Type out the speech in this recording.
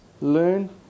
learn